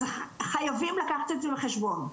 אז חייבים לקחת את זה בחשבון.